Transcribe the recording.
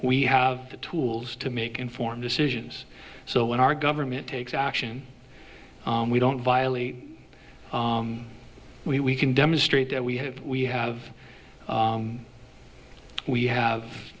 we have the tools to make informed decisions so when our government takes action we don't violate we we can demonstrate that we have we have we have